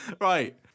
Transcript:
Right